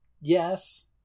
Yes